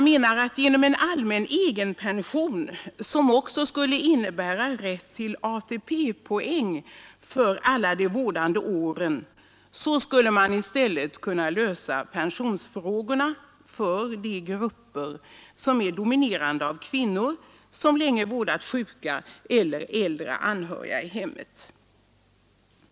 Genom en allmän egenpension, som också skulle innebära rätt till ATP-poäng för alla de vårdande åren, skulle man i stället kunna lösa pensionsfrågorna för de grupper, dominerade av kvinnor, som länge vårdat sjuka eller äldre anhöriga i hemmet.